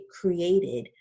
created